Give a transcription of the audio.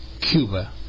Cuba